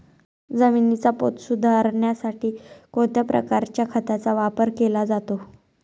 जमिनीचा पोत सुधारण्यासाठी कोणत्या प्रकारच्या खताचा वापर केला जातो?